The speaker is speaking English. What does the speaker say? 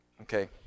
okay